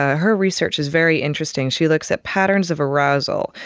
her research is very interesting, she looks at patterns of arousal,